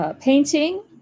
painting